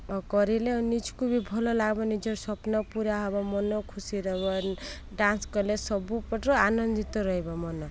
ଆଉ କରିଲେ ନିଜକୁ ବି ଭଲ ଲାଗିବ ନିଜର ସ୍ୱପ୍ନ ପୁରା ହେବ ମନ ଖୁସି ରହିବ ଡାନ୍ସ କଲେ ସବୁ ପଟରୁ ଆନନ୍ଦିତ ରହିବ ମନ